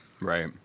Right